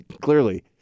clearly